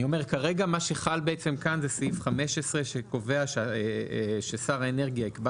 כרגע מה שחל כאן זה סעיף 15 שקובע ששר האנרגיה יקבע